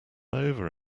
over